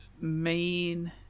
main